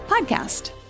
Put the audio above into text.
podcast